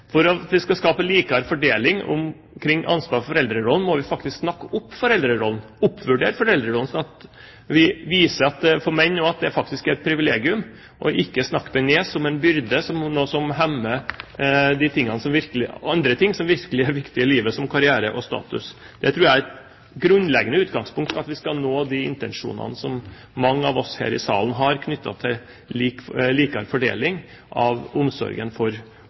For at vi skal skape en likere fordeling når det gjelder ansvaret for foreldrerollen, må vi snakke opp foreldrerollen, oppvurdere den, slik at vi viser at det også for menn faktisk er et privilegium, og ikke snakke det ned som en byrde, som noe som hemmer andre ting som virkelig er viktig i livet, som karriere og status. Det tror jeg er et grunnleggende utgangspunkt for at vi skal nå de intensjonene som mange av oss her i salen har knyttet til likere fordeling av omsorgen for